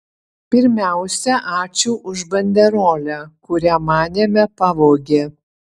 pirmiausia ačiū už banderolę kurią manėme pavogė